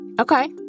Okay